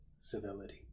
civility